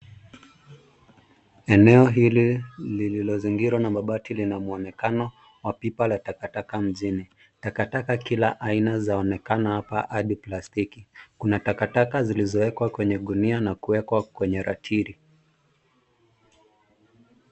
Eneo hili lililo zingirwa na mabati lina mwonekano wa pipa la takataka mjini. Takataka kila aina zaonekana hapa, hadi plastiki. Kuna takataka zilizowekwa kwenye gunia na kuwekwa kwenye ratili.